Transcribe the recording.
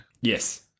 Yes